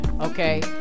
Okay